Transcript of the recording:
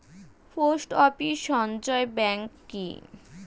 Post office সঞ্চয় bank কি?